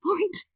point